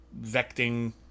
vecting